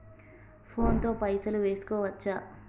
Phone తోని పైసలు వేసుకోవచ్చా?